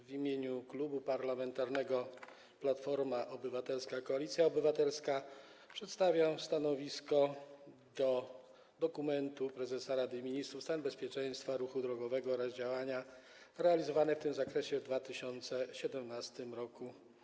W imieniu Klubu Parlamentarnego Platforma Obywatelska - Koalicja Obywatelska przedstawiam stanowisko w sprawie dokumentu prezesa Rady Ministrów „Stan bezpieczeństwa ruchu drogowego oraz działania realizowane w tym zakresie w 2017 r.